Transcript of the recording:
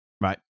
right